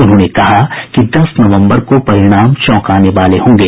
उन्होंने कहा कि दस नवम्बर को परिणाम चौंकाने वाले होंगे